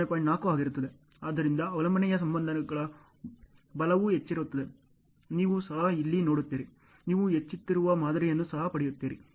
ಆದ್ದರಿಂದ ಅವಲಂಬನೆಯ ಸಂಬಂಧಗಳ ಬಲವು ಹೆಚ್ಚುತ್ತಿರುವಾಗ ನೀವು ಸಹ ಇಲ್ಲಿ ನೋಡುತ್ತೀರಿ ನೀವು ಹೆಚ್ಚುತ್ತಿರುವ ಮಾದರಿಯನ್ನು ಸಹ ಪಡೆಯುತ್ತೀರಿ